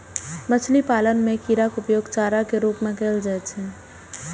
मछली पालन मे कीड़ाक उपयोग चारा के रूप मे कैल जाइ छै